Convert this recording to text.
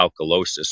alkalosis